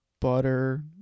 butter